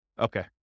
Okay